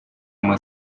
uma